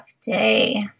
day